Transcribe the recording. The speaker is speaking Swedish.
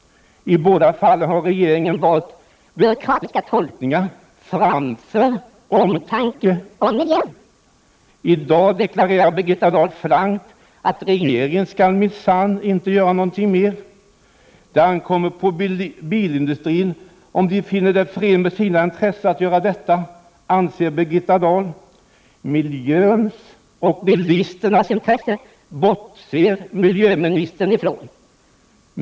Men i båda fallen har regeringen valt byråkratiska tolkningar framför omtanken om miljön. I dag deklarerar Birgitta Dahl frankt att regeringen minsann inte skall göra någonting mer. Birgitta Dahl anser att det ankommer på bilindustrin, om denna nu finner det förenligt med sina intressen, att göra något. Miljöintressena och bilisternas intressen bortser miljöministern från.